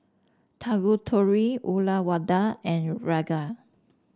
Tanguturi Uyyalawada and Ranga